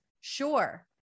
sure